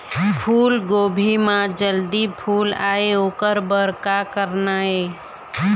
फूलगोभी म जल्दी फूल आय ओकर बर का करना ये?